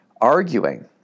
arguing